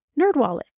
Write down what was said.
NerdWallet